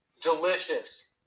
delicious